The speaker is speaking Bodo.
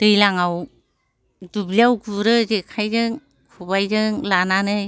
दैज्लांआव दुब्लियाव गुरो जेखाइजों खबायजों लानानै